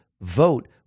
vote